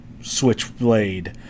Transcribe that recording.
Switchblade